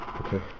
Okay